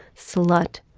slut.